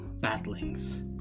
battlings